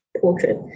portrait